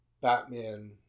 Batman